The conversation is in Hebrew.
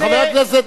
חבר הכנסת,